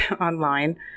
online